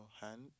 hand